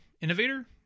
innovator